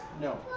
No